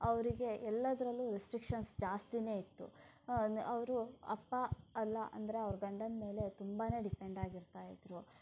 ಅವರಿಗೆ ಎಲ್ಲದರಲ್ಲೂ ರಿಸ್ಟ್ರಿಕ್ಷನ್ಸ್ ಜಾಸ್ತಿಯೇ ಇತ್ತು ಅವರು ಅಪ್ಪ ಅಲ್ಲ ಅಂದರೆ ಅವರ ಗಂಡನ ಮೇಲೆ ತುಂಬಾನೇ ಡಿಪೆಂಡ್ ಆಗಿರ್ತಾ ಇದ್ದರು